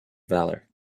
valour